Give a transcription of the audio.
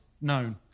known